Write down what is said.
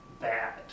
bad